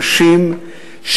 קשים,